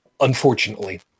unfortunately